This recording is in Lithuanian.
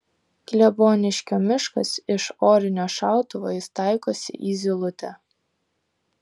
kleboniškio miškas iš orinio šautuvo jis taikosi į zylutę